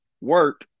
work